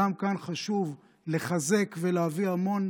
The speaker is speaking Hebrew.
גם כאן חשוב לחזק ולהביא המון